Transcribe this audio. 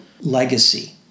Legacy